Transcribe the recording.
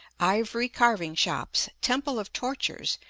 ivory-carving shops, temple of tortures,